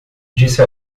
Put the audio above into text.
disse